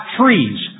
trees